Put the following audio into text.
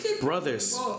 brothers